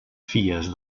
fies